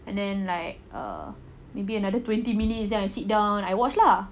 and then like err maybe another twenty minutes then I sit down I watch lah